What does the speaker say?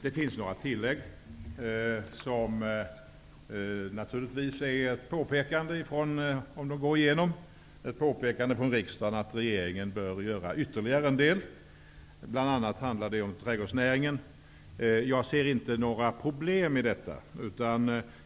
Det finns ett par tillägg som, om de går igenom, naturligtvis innebär ett påpekande från riksdagen att regeringen bör göra ytterligare en del. Bl.a. handlar det om trädgårdsnäringen. Jag ser inte några problem i detta.